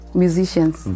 musicians